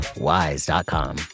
WISE.com